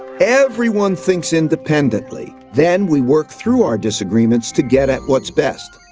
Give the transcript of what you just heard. everyone thinks independently, then we work through our disagreements to get at what's best.